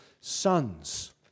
sons